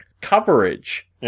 coverage